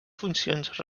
funcions